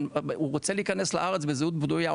הוא רוצה להכנס לארץ עם זהות בדויה,